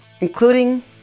including